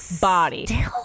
body